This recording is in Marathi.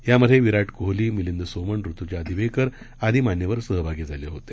यामध्ये विराट कोहली मिलिंद सोमण ऋतुजा दिवेकर आदी मान्यवर सहभागी झाले होते